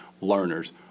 learners